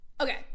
okay